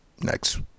next